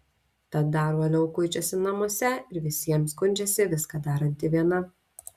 tad dar uoliau kuičiasi namuose ir visiems skundžiasi viską daranti viena